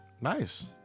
Nice